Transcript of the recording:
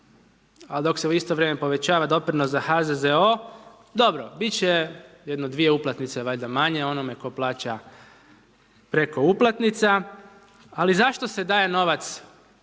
a dok se u isto vrijeme povećava doprinos za HZZO, dobro biti će jedno dvije uplatnice valjda manje onome tko plaća preko uplatnica. Ali zašto se daje novac?